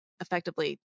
effectively